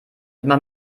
immer